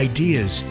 Ideas